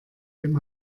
dem